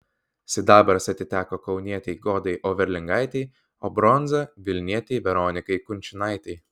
sidabras atiteko kaunietei godai overlingaitei o bronza vilnietei veronikai kunčinaitei